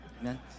amen